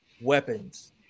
weapons